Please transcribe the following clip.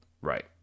Right